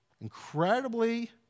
Incredibly